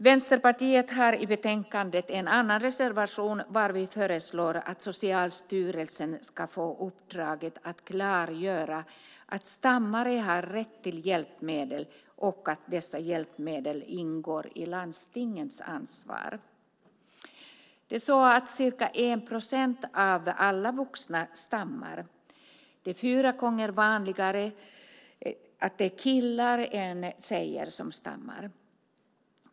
Vänsterpartiet har i betänkandet en annan reservation där vi föreslår att Socialstyrelsen ska få uppdraget att klargöra att stammare har rätt till hjälpmedel och att dessa hjälpmedel ingår i landstingens ansvar. Ca 1 procent av alla vuxna stammar. Det är fyra gånger vanligare att killar stammar än att tjejer gör det.